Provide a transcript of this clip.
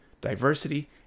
diversity